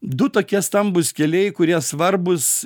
du tokie stambūs keliai kurie svarbūs